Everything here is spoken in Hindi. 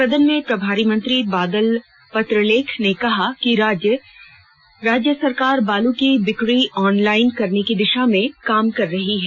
सदन में प्रभारी मंत्री बादल पत्रलेख ने कहा कि राज्य सरकार बालू की बिक्री ऑनलाइन करने की दिशा में काम कर रही है